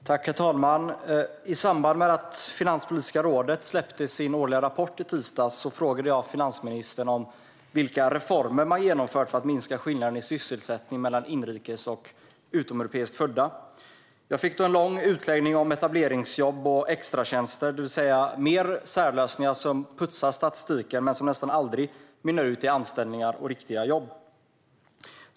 Herr talman! I samband med att Finanspolitiska rådet släppte sin årliga rapport i tisdags frågade jag finansministern om vilka reformer man genomfört för att minska skillnaderna i sysselsättning mellan inrikes och utomeuropeiskt födda. Jag fick då en lång utläggning om etableringsjobb och extratjänster, det vill säga fler särlösningar som putsar statistiken men som nästan aldrig mynnar ut i anställningar och riktiga jobb.